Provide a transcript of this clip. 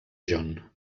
john